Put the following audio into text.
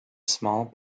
small